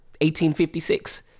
1856